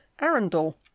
Arundel